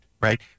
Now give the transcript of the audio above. Right